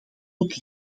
tot